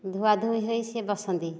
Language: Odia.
ଧୁଆଧୋଇ ହୋଇ ସେ ବସନ୍ତି